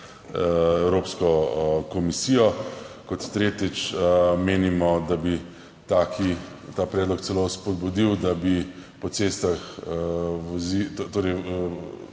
Evropsko komisijo, kot tretjič menimo, da bi ta predlog celo spodbudil, da bi vozila